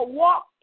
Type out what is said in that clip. walk